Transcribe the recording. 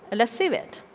let's save it.